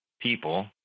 people